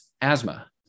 asthma